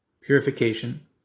purification